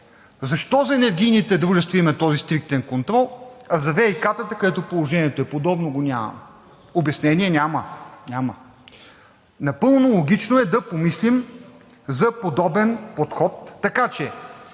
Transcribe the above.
защо за енергийните дружества има този стриктен контрол, а за ВиК-тата, където положението е подобно, го нямаме? Обяснение няма. Напълно логично е да помислим за подобен подход, така че